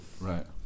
Right